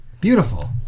beautiful